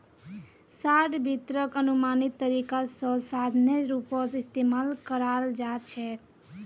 short वित्तक अनुमानित तरीका स साधनेर रूपत इस्तमाल कराल जा छेक